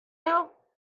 now